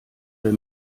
der